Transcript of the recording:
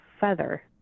feather